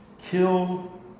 kill